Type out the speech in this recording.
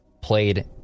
played